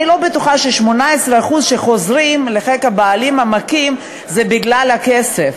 אני לא בטוחה שה-18% שחוזרות לחיק הבעלים המכים זה בגלל הכסף.